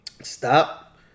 Stop